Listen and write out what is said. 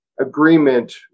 agreement